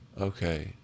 Okay